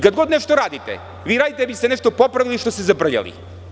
Kad god nešto radite, vi ste nešto popravili što ste zabrljali.